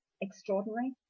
extraordinary